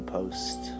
Post